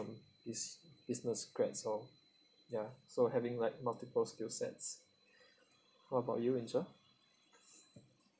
these business grads all ya so having like multiple skill sets what about you yin che